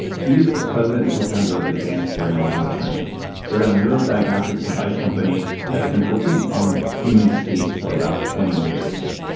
he is the president and co-founder of advanced brain monitoring they're a neurodiagnostics device company that's been working on human sleep for about twenty years.